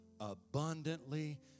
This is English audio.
abundantly